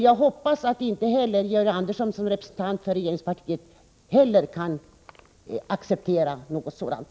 Jag hoppas att inte heller Georg Andersson som representant för regeringspartiet gör det.